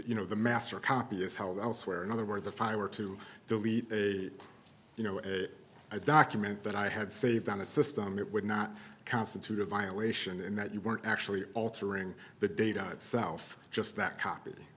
you know the master copy is how elsewhere in other words if i were to delete a you know a document that i had saved on a system it would not constitute a violation and that you weren't actually altering the data itself just that copy